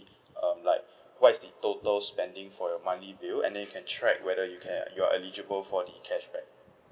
um like what is the total spending for your monthly bill and then you can track whether you can you are eligible for the cashback